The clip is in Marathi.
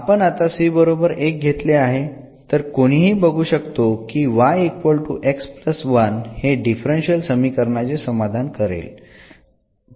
आपण आता घेतले आहे तर कोणीही बघू शकतो की हे डिफरन्शियल समीकरणाचे समाधान करेल